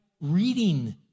reading